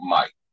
Mike